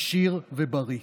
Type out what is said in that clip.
עשיר ובריא",